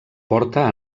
porta